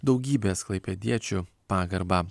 daugybės klaipėdiečių pagarbą